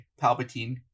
Palpatine